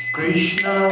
Krishna